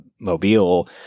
Mobile